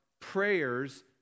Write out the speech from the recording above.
prayers